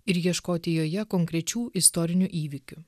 ir ieškoti joje konkrečių istorinių įvykių